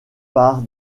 par